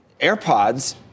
AirPods